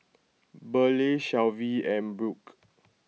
Burleigh Shelvie and Brook